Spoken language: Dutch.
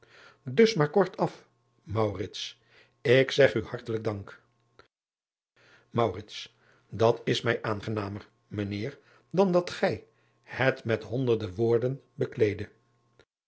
us maar kort af ik zeg u hartelijk dank at is mij aangenamer ijn eer dan dat gij het met honderde woorden bekleedde